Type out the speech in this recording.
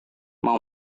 mau